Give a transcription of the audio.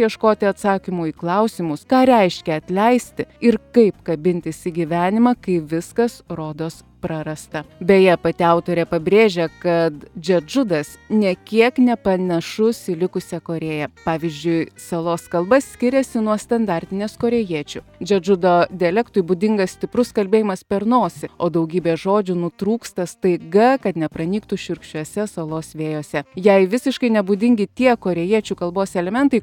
ieškoti atsakymų į klausimus ką reiškia atleisti ir kaip kabintis į gyvenimą kai viskas rodos prarasta beje pati autorė pabrėžia kad džedžudas nė kiek nepanašus į likusią korėją pavyzdžiui salos kalba skiriasi nuo standartinės korėjiečių džedžudo dialektui būdingas stiprus kalbėjimas per nosį o daugybė žodžių nutrūksta staiga kad nepranyktų šiurkščiuose salos vėjuose jai visiškai nebūdingi tie korėjiečių kalbos elementai